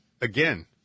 Again